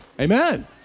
Amen